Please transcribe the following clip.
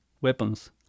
weapons